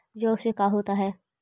जौ से का होता है?